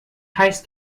heißt